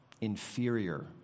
inferior